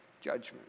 Judgment